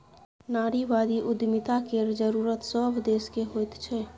नारीवादी उद्यमिता केर जरूरत सभ देशकेँ होइत छै